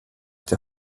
den